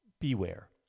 beware